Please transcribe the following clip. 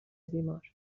بیمار